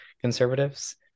conservatives